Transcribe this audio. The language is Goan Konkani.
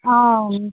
आं